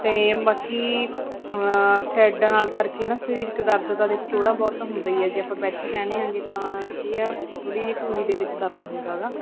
ਅਤੇ ਬਾਕੀ ਥਰੈਡ ਨਾਲ ਕਰਕੇ ਨਾ ਸਰੀਰਕ ਦਰਦ ਤਾਂ ਦੇਖੋ ਥੋੜ੍ਹਾ ਬਹੁਤ ਤਾਂ ਹੁੰਦਾ ਹੀ ਹੈ ਜੇ ਆਪਾਂ ਬੈਠੇ ਰਹਿੰਦੇ ਆਂਗੇ ਤਾਂ ਕੀ ਆ ਥੋੜ੍ਹੀ ਜਿਹੀ ਢੂਹੀ ਦੇ ਵਿੱਚ ਦਰਦ ਹੁੰਦਾ ਗਾ